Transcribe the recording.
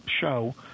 show